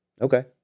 Okay